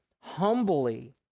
humbly